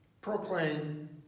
proclaim